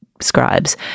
scribes